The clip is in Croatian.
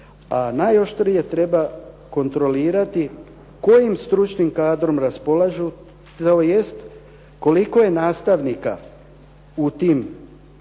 a najoštrije treba kontrolirati kojim stručnim kadrom raspolažu tj. koliko je nastavnika u tim obrazovnim